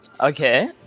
Okay